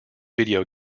video